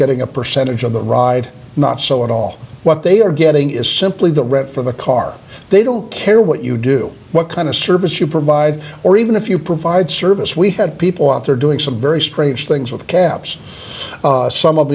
getting a percentage of the ride not so at all what they are getting is simply the rent for the car they don't care what you do what kind of service you provide or even if you provide service we had people out there doing some very strange things with caps some of